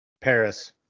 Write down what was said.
Paris